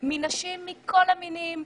מנשים מכל המינים,